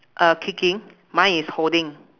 uh kicking mine is holding